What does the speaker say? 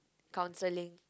counselling